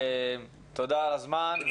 תודה על הזמן.